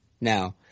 now